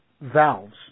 valves